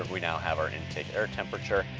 we now have our intake air temperature,